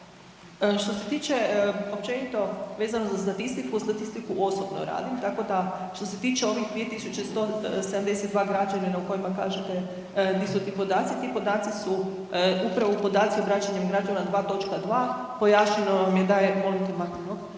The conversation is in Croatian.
Što se tiče općenito vezano za statistiku, statistiku osobno radim tako da što se tiče ovih 2.172 građanina u kojima kažete di su ti podaci, ti podaci su upravo podaci obraćanjem građana 2.2., pojašnjeno vam je da, molim te makni